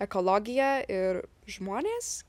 ekologija ir žmonės